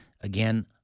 again